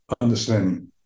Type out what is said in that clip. understanding